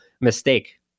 mistake